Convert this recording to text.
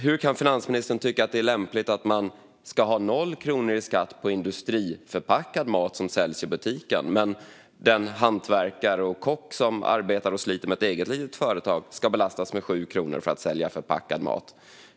Hur kan finansministern tycka att det är lämpligt att det ska vara 0 kronor i skatt på industriförpackad mat som säljs i butik medan den hantverkare och kock som arbetar och sliter med ett eget litet företag ska belastas med 7 kronor vid försäljning av förpackad mat?